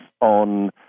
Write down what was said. on